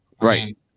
right